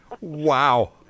Wow